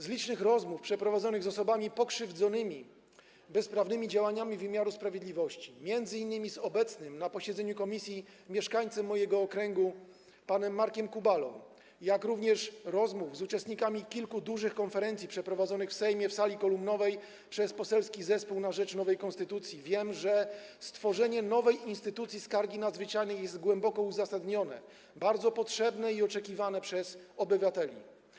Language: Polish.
Z licznych rozmów przeprowadzonych z osobami pokrzywdzonymi bezprawnymi działaniami wymiaru sprawiedliwości, m.in. z obecnym na posiedzeniu komisji mieszkańcem mojego okręgu panem Markiem Kubalą, jak również z rozmów z uczestnikami kilku dużych konferencji przeprowadzonych w Sejmie w sali kolumnowej przez Poselski Zespół na rzecz Nowej Konstytucji wiem, że stworzenie nowej instytucji skargi nadzwyczajnej jest głęboko uzasadnione, bardzo potrzebne i oczekiwane przez obywateli.